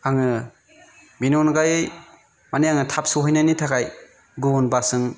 आङो बेनि अनगायै माने आङो थाब सहैनायनि थाखाय गुबुन बासजों